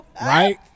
Right